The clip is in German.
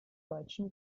deutschen